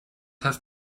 have